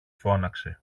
φώναξε